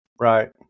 Right